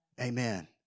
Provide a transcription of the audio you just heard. Amen